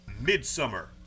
Midsummer